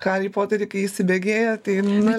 harį poterį kai įsibėgėja tai ne